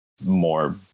more